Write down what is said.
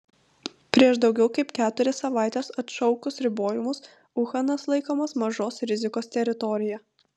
prieš daugiau kaip keturias savaites atšaukus ribojimus uhanas laikomas mažos rizikos teritorija